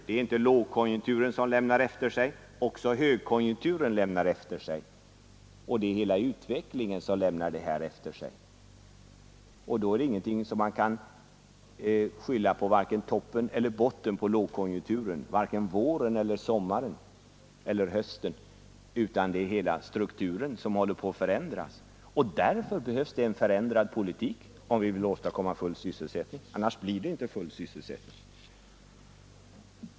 Det är inte lågkonjunkturen som lämnar arbetslösa efter sig — också högkonjunkturen lämnar något efter sig. Det är hela utvecklingen som lämnar det här resultatet efter sig. Det är alltså ingenting man kan skylla på vare sig toppen eller botten av lågkonjunkturen, på vare sig våren eller sommaren eller hösten, utan det är hela strukturen som håller på att förändras. Därför behövs det en förändrad politik, om vi vill åstadkomma full sysselsättning — annars blir det inte full sysselsättning.